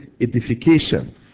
edification